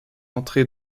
entrée